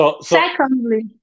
Secondly